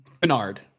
Bernard